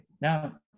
Now